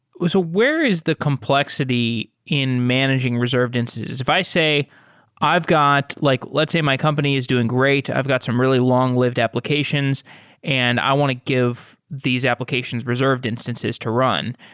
where is the complexity in managing reserved instances? if i say i've got like let's say my company is doing great. i've got some really long-lived applications and i want to give these applications reserved instances to run.